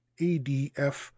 ADF